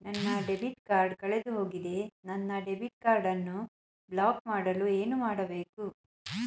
ನನ್ನ debit card ಕಳೆದುಹೋಗಿದೆ ನನ್ನ ಡೆಬಿಟ್ ಕಾರ್ಡ್ ಅನ್ನು ಬ್ಲಾಕ್ ಮಾಡಲು ಏನು ಮಾಡಬೇಕು?